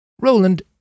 Roland